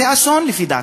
זה אסון, לפי דעתי.